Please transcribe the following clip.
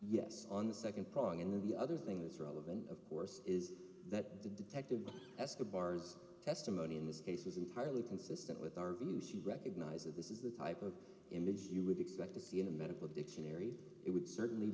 yes on the second prong and then the other thing that's relevant of course is that the detective that's the bar's testimony in this case is entirely consistent with our view should recognize that this is the type of images you would expect to see in a medical dictionary it would certainly